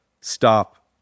stop